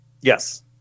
Yes